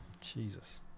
Jesus